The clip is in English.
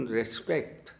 respect